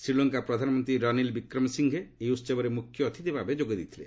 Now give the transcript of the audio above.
ଶ୍ରୀଲଙ୍କା ପ୍ରଧାନ ମନ୍ତ୍ରୀ ରାନିଲ୍ ବିକ୍ରମସିଂହେ ଏହି ଉତ୍ସବରେ ମୁଖ୍ୟ ଅତିଥି ଭାବେ ଯୋଗ ଦେଇଥିଲେ